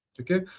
okay